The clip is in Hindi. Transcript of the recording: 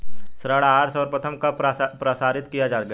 ऋण आहार सर्वप्रथम कब प्रसारित किया गया?